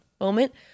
moment